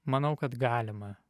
manau kad galima